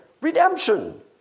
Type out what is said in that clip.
redemption